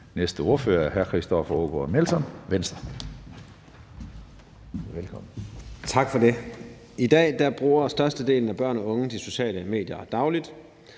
15:32 (Ordfører) Christoffer Aagaard Melson (V): Tak for det. I dag bruger størstedelen af børn og unge de sociale medier dagligt.